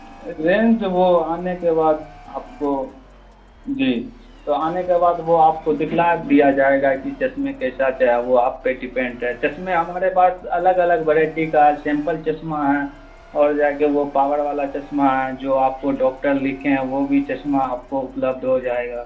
range وہ آنے کے بعد آپ کو جی تو آنے کے بعد وہ آپ کو دکھلا دیا جائے گا کہ چشمے کیسا چاہے وہ آپ پہ ڈیپینٹ ہے چشمے ہمارے پاس الگ الگ ورائٹی کا ہے سیمپل چسمہ ہے اور جا کے وہ پاور والا چشمہ ہے جو آپ کو ڈاکٹر لکھے ہیں وہ بھی چشمہ آپ کو اپلبدھ ہو جائے گا